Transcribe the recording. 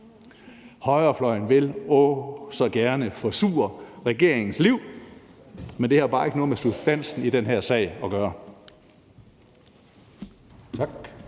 Højrefløjen vil åh så gerne forsure regeringens liv, men det har bare ikke noget med substansen i den her sag at gøre.